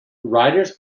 riders